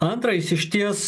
antra jis išties